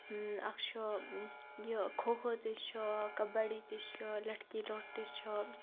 اکھ چھُ یہِ کھو کھو تہِ چھُ کَبَڈی تہِ چھُ لَٹھکِی لوٚٹھ تہِ چھُ